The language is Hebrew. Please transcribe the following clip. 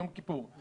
יום כיפור.